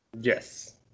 Yes